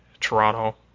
Toronto